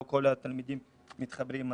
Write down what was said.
לא כל הילדים מתחברים.